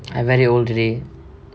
I very old already